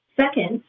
Second